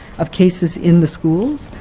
of cases in the schools,